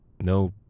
No